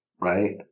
Right